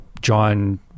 John